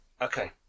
Okay